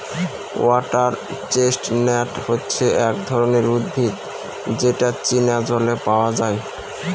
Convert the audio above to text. water chestnut হচ্ছে এক ধরনের উদ্ভিদ যেটা চীনা জলে পাওয়া যায়